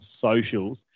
socials